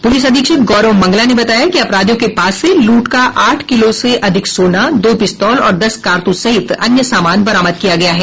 police अधीक्षक गौरव मंगला ने बताया कि अपराधियों के पास से लूट का आठ किलो से अधिक सोना दो पिस्तौल और दस कारतूस सहित अन्य सामान बरामद किया गया है